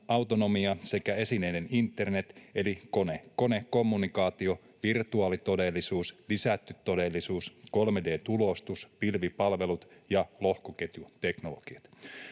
autonomia sekä esineiden internet eli konekommunikaatio, virtuaalitodellisuus, lisätty todellisuus, 3D-tulostus, pilvipalvelut ja lohkoketjuteknologiat.